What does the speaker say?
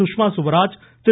Sushma Swaraj Thiru